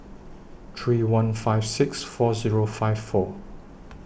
three one five six four Zero five four